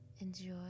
Enjoy